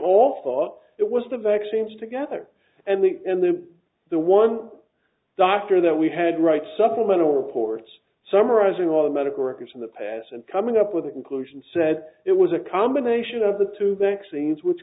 often thought it was the vaccines together and the in the the one doctor that we had right supplemental reports summarizing all the medical records in the past and coming up with a conclusion said it was a combination of the to vaccines which